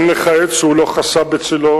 אין לך עץ שהוא לא חסה בצלו,